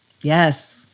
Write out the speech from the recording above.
Yes